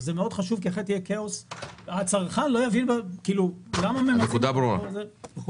זה מאוד חשוב אחרת יהיה כאוס והצרכן לא יבין למה ממסים וכו'.